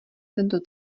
tento